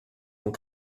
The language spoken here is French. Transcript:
ont